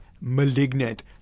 malignant